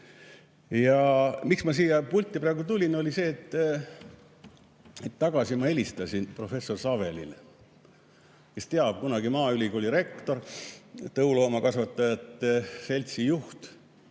miks ma siia pulti praegu tulin, oli see, et hetk tagasi ma helistasin professor Savelile – kes teab, tema on kunagine Maaülikooli rektor, tõuloomakasvatajate seltsi juht,